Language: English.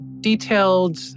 detailed